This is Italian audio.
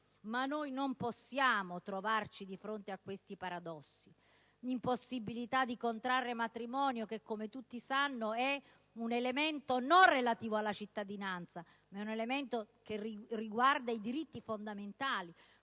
Ma noi non possiamo trovarci di fronte a questi paradossi. L'impossibilità di contrarre matrimonio, come tutti sanno, è un elemento non relativo alla cittadinanza ma che riguarda i diritti fondamentali;